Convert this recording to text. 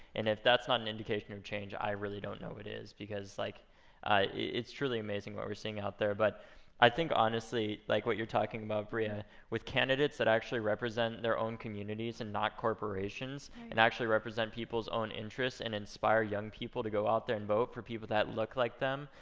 and if that's not an indication of change, i really don't know what is, because like it's truly amazing what we're seeing out there. but i think honestly, like what you're talking about bria, with candidates that actually represent their own communities, and not corporations. right. and actually represent people's own interests, and inspire young people to go out there and vote for people that look like them,